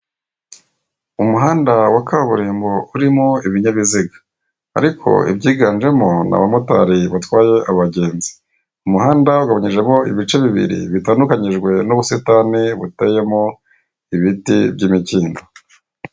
Umuhanda wa kaburimbo urimo ibinyabiziga, ariko ibyiganjemo ni abamotari batwaye abagenzi, umuhanda ugabanyijemo ibice bibiri bitandukanyijwe n'ubusitani buteyemo ibiti by'imikindo.